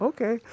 Okay